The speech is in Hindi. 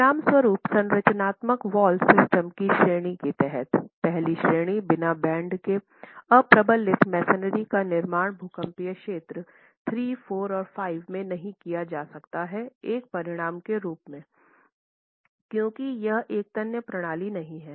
परिणामस्वरूप संरचनात्मक वाल सिस्टम की श्रेणी के तहत पहली श्रेणी बिना बैंड के अप्रबलित मैसनरी का निर्माण भूकंपीय क्षेत्रों III IV और V में नहीं किया जा सकता है एक परिणाम के रूप में क्योंकि यह एक तन्य प्रणाली नहीं है